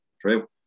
true